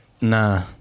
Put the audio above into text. nah